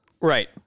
Right